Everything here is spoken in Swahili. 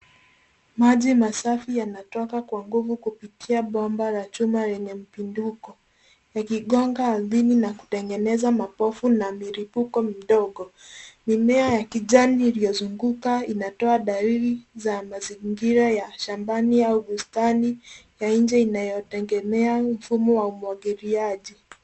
Maji masafi yanatoka kwa nguvu kupitia bomba la chuma lenye mpinduko ikigonga ardhini na kutengeneza mapofu na miripuko mdogo. Mimea ya kijani iliyozunguka inatoa dalili za mazingira ya shambani au bustani ya nje inayotegemea mfumo wa umwagiliaji.